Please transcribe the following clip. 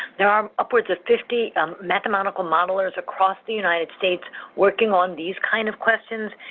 there are upwards of fifty modelers across the united states working on these kind of questions,